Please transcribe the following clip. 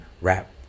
rap